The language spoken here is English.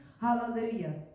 Hallelujah